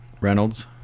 Reynolds